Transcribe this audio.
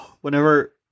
whenever